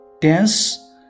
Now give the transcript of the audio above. Dance